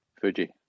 Fuji